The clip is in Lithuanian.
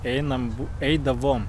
einam eidavom